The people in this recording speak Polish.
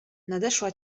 nadeszła